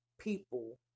people